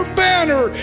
banner